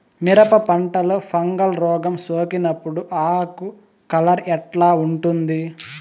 మిరప పంటలో ఫంగల్ రోగం సోకినప్పుడు ఆకు కలర్ ఎట్లా ఉంటుంది?